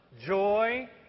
joy